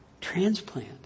transplant